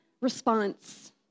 response